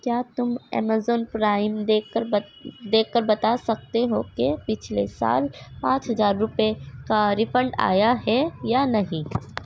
کیا تم Amazon Prime دیکھ کر دیکھ کر بتا سکتے ہو کہ پچھلے سال پانچ ہزار روپئے کا ریفنڈ آیا ہے یا نہیں